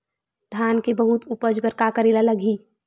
धान के बहुत उपज बर का करेला लगही?